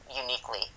uniquely